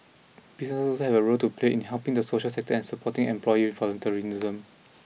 businesses also have a role to play in helping the social sector and supporting employee